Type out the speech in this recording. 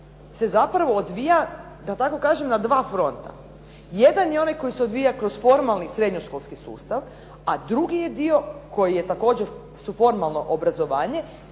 se zapravo odvija na dva fronta. Jedan je dio koji se odvija kroz formalni srednjoškolski sustav, a drugi dio je koji je također formalno obrazovanje,